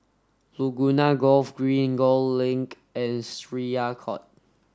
Laguna Golf Green Gul Link and Syariah Court